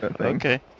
Okay